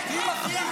--- לא נכון.